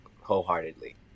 wholeheartedly